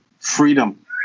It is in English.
Freedom